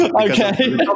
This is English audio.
Okay